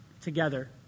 together